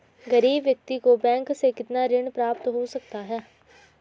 गरीब व्यक्ति को बैंक से कितना ऋण प्राप्त हो सकता है?